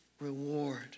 reward